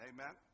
Amen